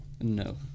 No